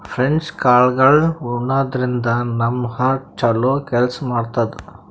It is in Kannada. ಫ್ರೆಂಚ್ ಕಾಳ್ಗಳ್ ಉಣಾದ್ರಿನ್ದ ನಮ್ ಹಾರ್ಟ್ ಛಲೋ ಕೆಲ್ಸ್ ಮಾಡ್ತದ್